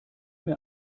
mir